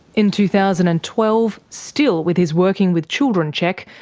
in two thousand and twelve, still with his working with children check,